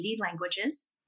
languages